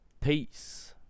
Peace